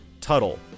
Tuttle